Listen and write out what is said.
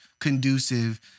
conducive